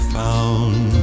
found